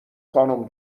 خانوم